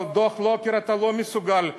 אבל, את דוח לוקר אתה לא מסוגל ליישם,